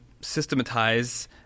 systematize